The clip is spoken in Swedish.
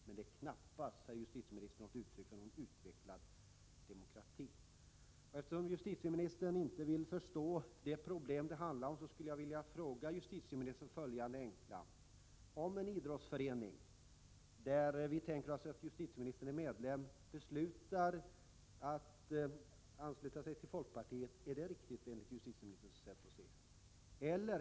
Det är knappast, herr justitieminister, ett uttryck för någon utvecklad demokrati. Eftersom justitieministern inte vill förstå de problem det handlar om skulle jag till honom vilja ställa följande enkla frågor: Om en idrottsförening, där vi tänker oss att justitieministern är medlem, beslutar att ansluta sig till folkpartiet — är detta då riktigt, enligt justitieministerns sätt att se på saken?